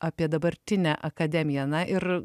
apie dabartinę akademiją na ir